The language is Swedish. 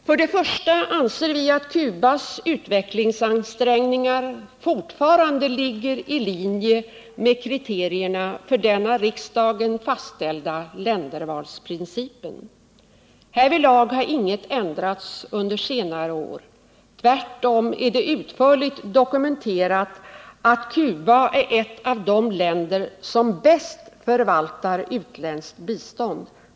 För det första anser vi att Cubas utvecklingsansträngningar fortfarande ligger i linje med kriterierna för den av riksdagen fastställda ländervalsprin cipen. Härvidlag har inget ändrats under senare år. Tvärtom är det utförligt dokumenterat i internationella rapporter att Cuba är ett av de länder som bäst förvaltar utländskt bistånd.